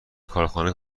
کارخانه